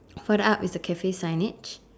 further up is the Cafe signage